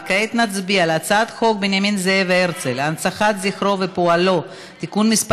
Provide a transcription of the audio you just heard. וכעת נצביע על הצעת חוק בנימין זאב הרצל (הנצחת זכרו ופועלו) (תיקון מס'